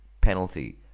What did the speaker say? Penalty